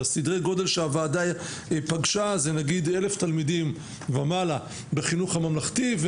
סדרי הגודל שהוועדה פגשה זה בערך אלף תלמידים ומעלה בחינוך הממלכתי,